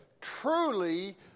truly